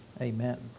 amen